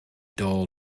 dull